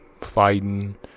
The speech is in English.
fighting